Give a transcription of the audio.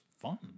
fun